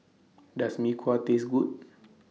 Does Mee Kuah Taste Good